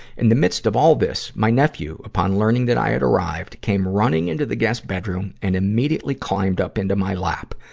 in the midst of all this, my nephew, upon learning that i had arrived, came running into the guest bedroom and immediately climbed up into my lap.